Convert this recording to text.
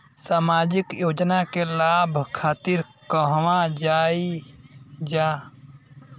सामाजिक योजना के लाभ खातिर कहवा जाई जा?